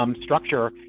structure